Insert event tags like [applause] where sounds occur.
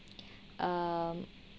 [breath] um